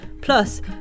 Plus